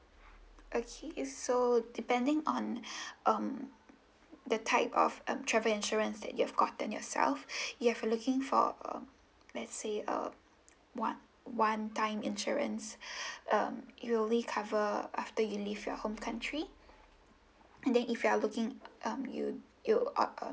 okay it so depending on um the type of um travel insurance that you've gotten yourself you have uh looking for um let's say um one one time insurance um it only cover after you leave your home country and then if you are looking um you you um uh